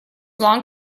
long